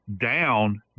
down